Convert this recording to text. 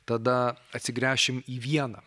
tada atsigręšim į vieną